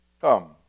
Come